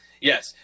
Yes